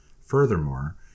Furthermore